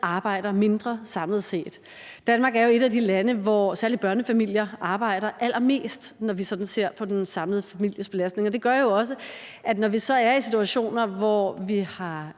arbejder mindre samlet set. Danmark er jo et af de lande, hvor særlig børnefamilier arbejder allermest, når vi sådan ser på den samlede families belastning, men det gør jo også, at når vi så er i situationer, hvor vi har